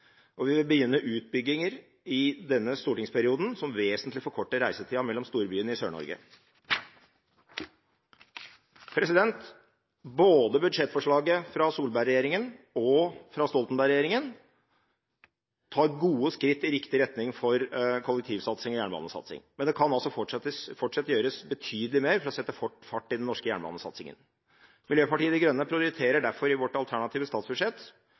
og vi vil i denne stortingsperioden begynne utbygginger som vesentlig forkorter reisetida mellom storbyene i Sør-Norge. Både budsjettforslaget fra Solberg-regjeringen og budsjettforslaget fra Stoltenberg-regjeringen tar gode skritt i riktig retning for kollektivsatsing og jernbanesatsing. Men det kan altså fortsatt gjøres betydelig mer for å sette fart i den norske jernbanesatsingen. Vi i Miljøpartiet De Grønne prioriterer derfor i vårt alternative statsbudsjett